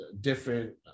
different